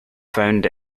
found